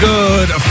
Good